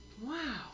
Wow